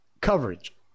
coverage